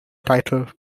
title